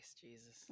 Jesus